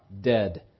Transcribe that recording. dead